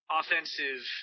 offensive